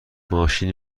ماشین